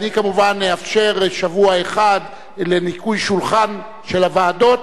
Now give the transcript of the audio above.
אני כמובן אאפשר שבוע אחד לניקוי שולחן של הוועדות,